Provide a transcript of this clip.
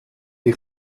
die